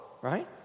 right